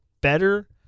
better